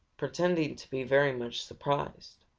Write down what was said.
pretending to be very much surprised.